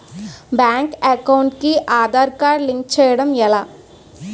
Bank account కి Aadhaar card link చేయడం ఎలా?